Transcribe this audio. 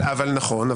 נכון,